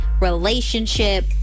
relationship